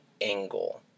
angle